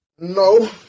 No